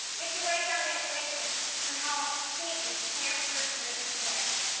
we can write down the equation on how heat is transferred through the sea ice,